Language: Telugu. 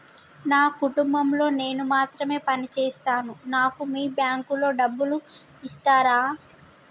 నా కుటుంబం లో నేను మాత్రమే పని చేస్తాను నాకు మీ బ్యాంకు లో డబ్బులు ఇస్తరా?